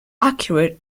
accurate